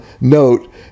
note